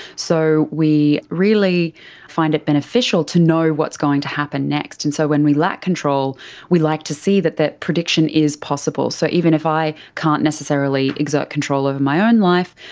so we really find it beneficial to know what's going to happen next, and so when we lack control we like to see that that prediction is possible. so even if i can't necessarily exert control over my own life,